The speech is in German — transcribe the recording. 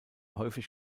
häufig